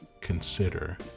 consider